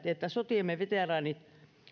että sotiemme veteraanit